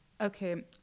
Okay